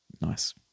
nice